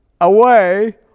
away